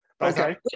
Okay